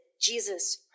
Jesus